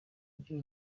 ugira